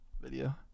video